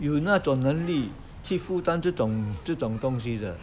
有那种能力去负担这种这种东西的